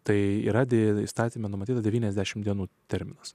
tai yra dėl įstatyme numatyta devyniasdešim dienų terminas